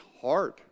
hard